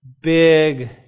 Big